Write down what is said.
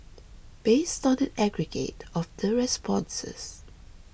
based on an aggregate of the responses